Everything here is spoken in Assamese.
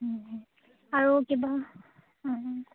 আৰু কিবা